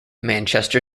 manchester